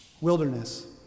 Wilderness